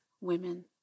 women